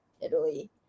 Italy